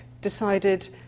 decided